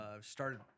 Started